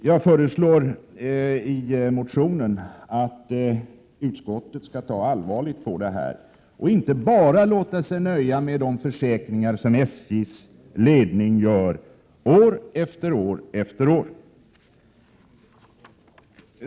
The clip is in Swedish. Jag föreslår i motionen att utskottet skall ta allvarligt på den här frågan och inte bara låta sig nöja med de försäkringar som SJ:s ledning kommer med år efter år.